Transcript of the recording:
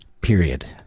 Period